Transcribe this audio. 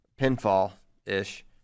pinfall-ish